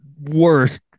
worst